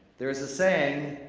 there's a saying,